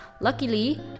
luckily